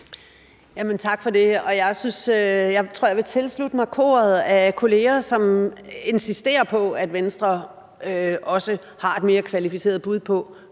Tak for det. Jeg tror, jeg vil tilslutte mig koret af kolleger, som insisterer på, at Venstre også har et mere kvalificeret bud på,